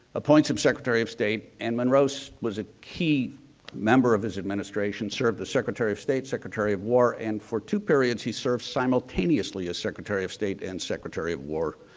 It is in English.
appoints him secretary of state and monroe so was a key member of his administration, served as secretary of state, secretary of war. and for two periods, he served simultaneously as secretary of state and secretary of war,